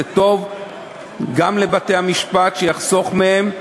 זה טוב גם לבתי-המשפט, שיחסוך מהם,